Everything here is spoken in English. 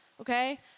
Okay